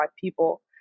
people